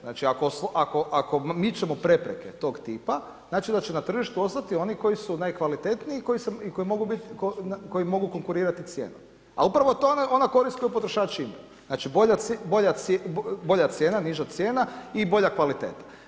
Znači, ako mičemo prepreke tog tipa, znači, da će na tržištu ostati oni koji su najkvalitetniji i koji mogu bit, koji mogu konkurirati cijenom, a upravo je to ona korist koju potrošači imaju, znači, bolja cijena, niža cijena i bolja kvaliteta.